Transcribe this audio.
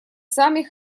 сами